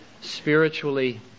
spiritually